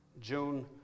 June